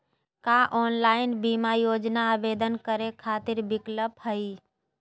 का ऑनलाइन बीमा योजना आवेदन करै खातिर विक्लप हई?